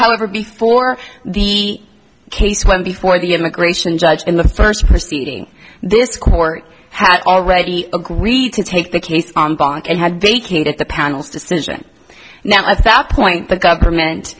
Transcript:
however before the case went before the immigration judge in the first proceeding this court had already agreed to take the case on bond and had vacated the panel's decision now at that point the government